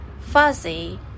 fuzzy